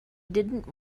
didn’t